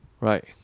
Right